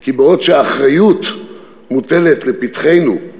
כי בעוד שהאחריות מוטלת לפתחנו,